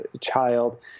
child